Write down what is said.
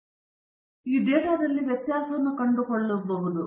ಆದ್ದರಿಂದ ನೀವು ಪುನರಾವರ್ತನೆ ಮಾಡಿದಾಗ ನೀವು ಡೇಟಾದಲ್ಲಿ ವ್ಯತ್ಯಾಸವನ್ನು ಕಂಡುಕೊಳ್ಳುತ್ತೀರಿ